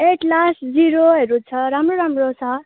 atlas जिरोहरू छ राम्रो राम्रो छ